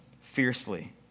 fiercely